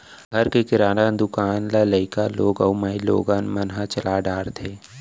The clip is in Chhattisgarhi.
घर के किराना दुकान ल लइका लोग अउ माइलोगन मन ह चला डारथें